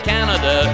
Canada